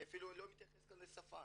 אני אפילו לא מתייחס כאן לשפה.